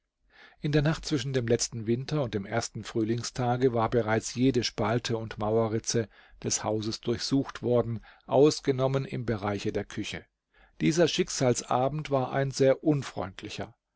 in der nacht zwischen dem letzten winter und dem ersten frühlingstage war bereits jede spalte und mauerritze des hauses durchsucht worden ausgenommen im bereiche der küche dieser schicksalsabend war ein sehr unfreundlicher